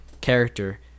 character